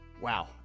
Wow